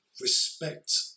respect